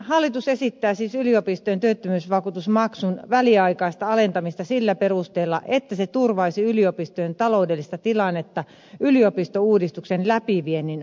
hallitus esittää siis yliopistojen työttömyysvakuutusmaksun väliaikaista alentamista sillä perusteella että se turvaisi yliopistojen taloudellista tilannetta yliopistouudistuksen läpiviennin aikana